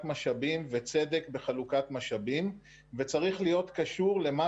משאבים וצדק בחלוקת משאבים וצריך להיות קשור למה